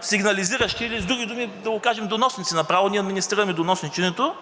сигнализиращи, или, с други думи да го кажем, доносници направо. Ние администрираме доносниченето